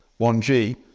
1G